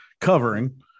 covering